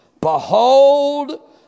behold